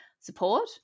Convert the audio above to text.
support